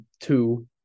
two